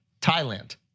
Thailand